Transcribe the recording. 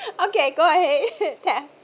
okay go ahead